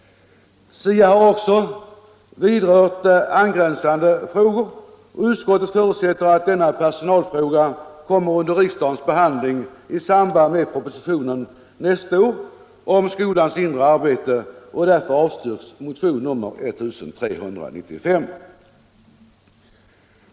SIA har också vidrört angränsande frågor och utskottet förutsätter att denna personalfråga kommer under riksdagens behandling i samband med propositionen nästa år om skolans inre arbete, och därför avstyrks motionen 1395.